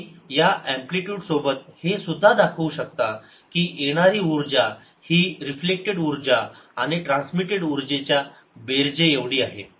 तुम्ही या अँप्लिटयूड सोबत हे सुद्धा दाखवू शकता की येणारी ऊर्जा ही रिफ्लेक्टेड ऊर्जा आणि ट्रान्समिटेड ऊर्जेच्या बेरजे एवढे आहे